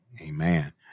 Amen